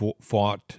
fought